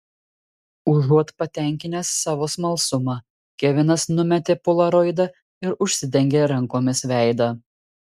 užuot patenkinęs savo smalsumą kevinas numetė polaroidą ir užsidengė rankomis veidą